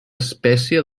espècie